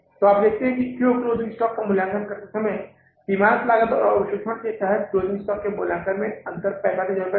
तो आप देखते हैं क्यों क्लोज़िंग स्टॉक का मूल्यांकन करते समय सीमांत लागत और अवशोषण के तहत क्लोज़िंग स्टॉक के मूल्यांकन का अंतर 45000 रुपये है